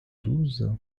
douze